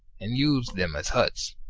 and used them as huts,